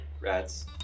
rats